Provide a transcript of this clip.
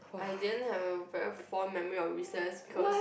I didn't have a very fond memory because